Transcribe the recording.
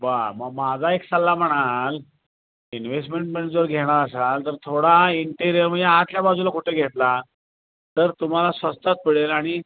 बरं मग मा माझा एक सल्ला म्हणाल इनवेस्टमेंटमध्ये जर घेणार असाल तर थोडा इंटेरियर म्हणजे आतल्या बाजूला कुठे घेतला तर तुम्हाला स्वस्तात पडेल आणि